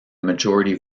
majority